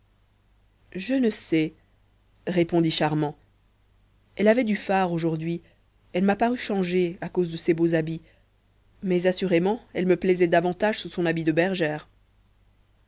je ne sais répondit charmant elle avait du fard aujourd'hui elle m'a paru changée à cause de ses beaux habits mais assurément elle me plaisait davantage sous son habit de bergère